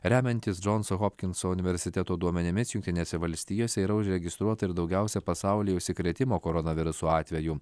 remiantis džonso hopkinso universiteto duomenimis jungtinėse valstijose yra užregistruota ir daugiausia pasaulyje užsikrėtimo koronavirusu atvejų